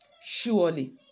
Surely